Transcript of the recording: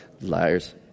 Liars